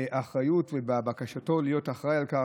באחריות ובבקשתו להיות אחראי לכך.